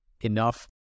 enough